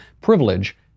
privilege